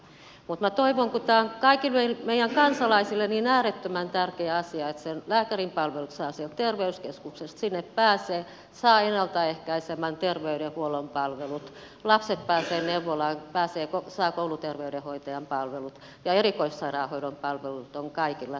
mutta minä toivon kun tämä on kaikille meidän kansalaisillemme niin äärettömän tärkeä asia että lääkärinpalvelut saa sieltä terveyskeskuksesta sinne pääsee saa ennalta ehkäisevän terveydenhuollon palvelut lapset pääsevät neuvolaan saa kouluterveydenhoitajan palvelut ja erikoissairaanhoidon palvelut ovat kaikilla saatavilla